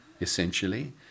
essentially